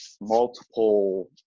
multiple